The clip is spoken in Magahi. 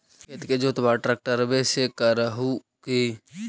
खेत के जोतबा ट्रकटर्बे से कर हू की?